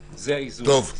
הנכון.